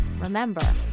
remember